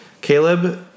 Caleb